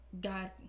God